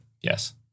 yes